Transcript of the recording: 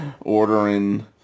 ordering